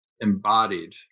embodied